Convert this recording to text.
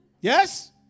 Yes